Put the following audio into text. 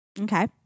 okay